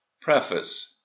Preface